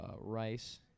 rice